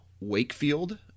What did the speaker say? Wakefield